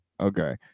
Okay